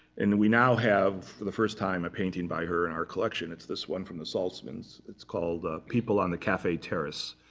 and then we now have, for the first time, a painting by her in her collection. it's this one from the saltzmans. it's called people on the cafe terrace,